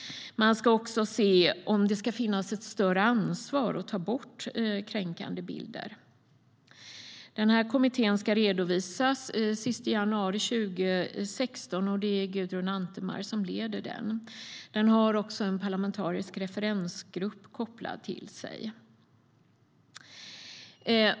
Man ska också se om det ska finnas ett större ansvar för att ta bort kränkande bilder. Kommittén ska redovisa sitt uppdrag senast den 31 januari 2016, och det är Gudrun Antemar som leder den. Den har också en parlamentarisk referensgrupp kopplad till sig.